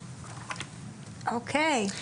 אוקיי.